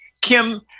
Kim